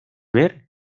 ver